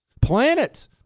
planet